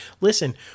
listen